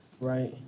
Right